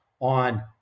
on